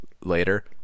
later